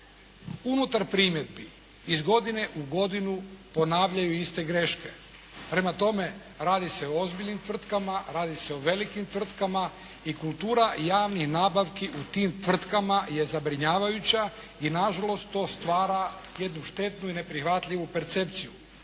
unutar primjedbi iz godine u godinu ponavljaju iste greške. Prema tome, radi se o ozbiljnim tvrtkama, radi se o velikim tvrtkama i kultura javnih nabavki u tim tvrtkama je zabrinjavajuća i na žalost to stvara jednu štetnu i neprihvatljivu percepciju.